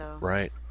Right